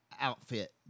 outfit